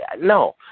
no